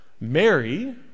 Mary